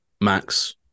Max